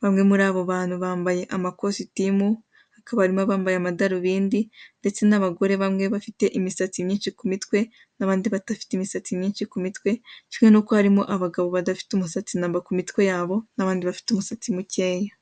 bamwe muri abo bantu bambaye amakositimu, hakaba hahimo abambaye amadarubindi ndetse n'abagore bamwe bafite imisatse myinshi ku mitwe n'abandi badafite imisatsi myinshi ku mitwe, kimwe nk'uko harimo abagabo badafite umisatse namba ku mitwe yabo n'abandi bafite umusatsi mukeya.